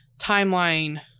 timeline